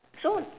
so